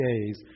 days